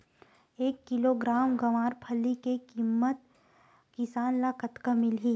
एक किलोग्राम गवारफली के किमत किसान ल कतका मिलही?